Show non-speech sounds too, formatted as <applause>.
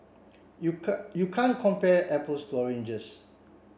you <unintelligible> you can't compare apples to oranges